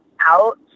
out